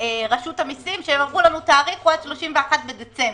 רשות המיסים שאמרו לנו: תאריכו עד 31 בדצמבר.